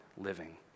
living